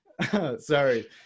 sorry